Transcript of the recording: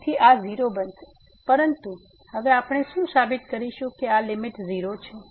તેથી આ 0 બનશે પરંતુ હવે આપણે શું સાબિત કરીશું કે આ લીમીટ 0 છે